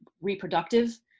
reproductive